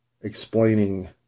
explaining